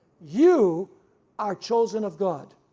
you are chosen of god.